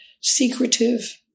secretive